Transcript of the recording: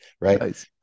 right